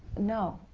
no,